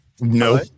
No